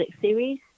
series